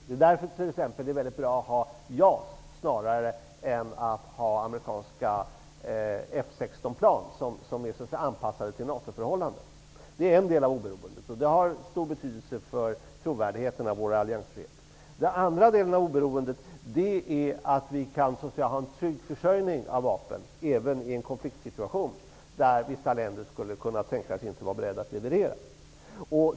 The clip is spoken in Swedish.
Det är därför mycket bra att t.ex. ha JAS snarare än att ha amerikanska F16-plan, vilka är anpassade till NATO-förhållanden. Det är en del av oberoendet. Det har stor betydelse för trovärdigheten i vår alliansfrihet. Den andra delen av oberoendet är att vi skall ha en trygg försörjning av vapen även i en konfliktsituation där vissa länder inte skulle kunna tänkas vara beredda att leverera.